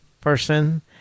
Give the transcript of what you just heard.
person